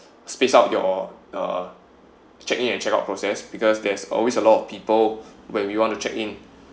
space up your uh check in and check out process because there's always a lot of people when we want to check in